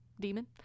demon